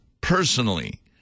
personally